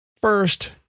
First